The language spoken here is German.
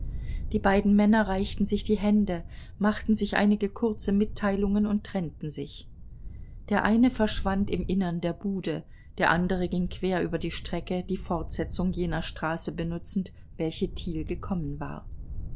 die beiden männer reichten sich die hände machten sich einige kurze mitteilungen und trennten sich der eine verschwand im innern der bude der andere ging quer über die strecke die fortsetzung jener straße benutzend welche thiel gekommen war